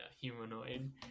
humanoid